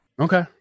Okay